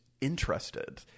interested